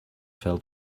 fell